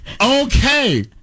Okay